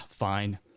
fine